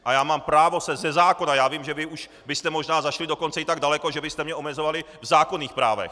A já mám právo se ze zákona vím, že vy už byste možná zašli dokonce tak daleko, že byste mě omezovali v zákonných právech.